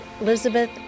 elizabeth